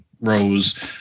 rose